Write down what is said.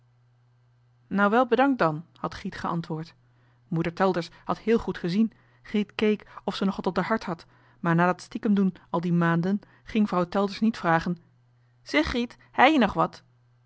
nou wel bedankt dan had griet geantwoord moeder telders had heel goed gezien griet keek of ze nog wat op d'er hart had maar na dat stiekumdoen al die maanden ging vrouw telders niet vragen zeg griet hei-je nog wat